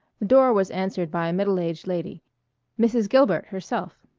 the door was answered by a middle-aged lady mrs. gilbert herself.